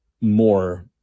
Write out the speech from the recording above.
more